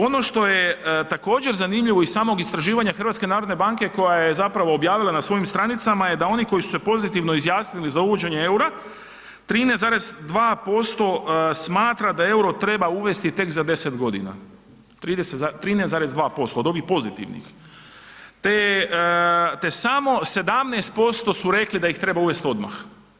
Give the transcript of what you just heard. Ono što je također zanimljivo iz samog istraživanja HNB-a koja je zapravo objavila na svojim stranicama je da oni koji su se pozitivno izjasnili za uvođenje EUR-a 13,2% smatra da EUR-o treba uvesti tek za 10 godina, 13,2% od ovih pozitivnih, te samo 17% su rekli da ih treba uvesti odmah.